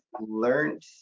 learned